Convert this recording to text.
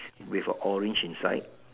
with a orange inside